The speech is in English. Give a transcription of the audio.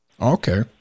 Okay